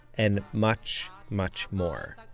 and much much more.